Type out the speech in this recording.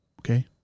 Okay